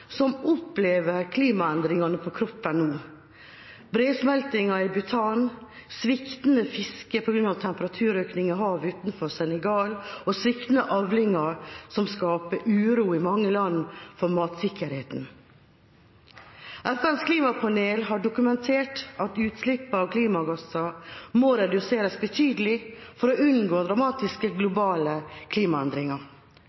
på grunn av temperaturøkning i havet utenfor Senegal, og sviktende avlinger som skaper uro i mange land for matsikkerheten. FNs klimapanel har dokumentert at utslippene av klimagasser må reduseres betydelig for å unngå dramatiske